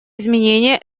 изменения